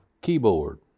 keyboard